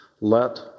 let